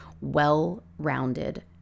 well-rounded